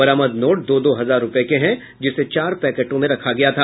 बरामद नोट दो दो हजार रुपये के हैं जिसे चार पैकेटों में रखा गया था